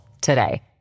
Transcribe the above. today